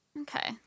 Okay